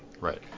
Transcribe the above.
Right